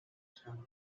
town